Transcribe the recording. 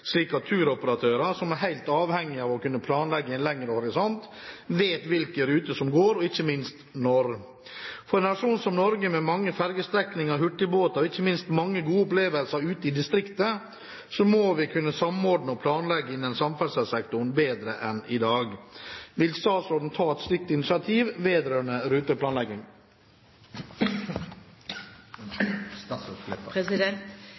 slik at turoperatører som er helt avhengig av å kunne planlegge i en lengre horisont, vet hvilke ruter som går, og ikke minst når. For en nasjon som Norge med mange fergestrekninger, hurtigbåter og ikke minst mange gode opplevelser ute i distriktet må kunne samordne og planlegge innen samferdselssektoren bedre enn i dag. Vil statsråden ta et slikt initiativ vedrørende ruteplanlegging?»